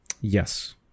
Yes